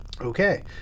Okay